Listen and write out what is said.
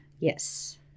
Yes